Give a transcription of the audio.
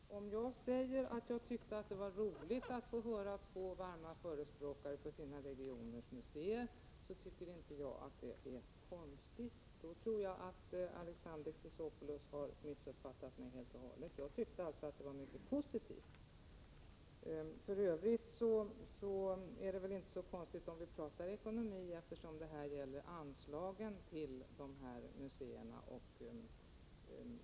Herr talman! Jag sade att jag tyckte att det var roligt att få höra två ledamöter som är varma förespråkare för sina regioners museer, och jag tycker inte att det är någonting konstigt med det. Jag tror att Alexander Chrisopoulos helt och hållet har missuppfattat mig. Jag anser alltså att det var mycket positivt med två så varma förespråkare. För övrigt är det väl heller inte så konstigt att vi här talar om ekonomi. Det gäller ju nu anslagen till de aktuella museerna och till Riksutställningar.